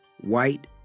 White